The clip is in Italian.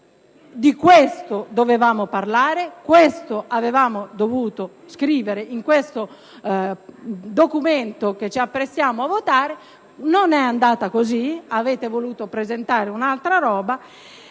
Di questo avremmo dovuto parlare e questo avremmo dovuto scrivere nel documento che ci apprestiamo a votare. Non è andata così: avete voluto presentare un'altra roba.